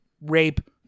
rape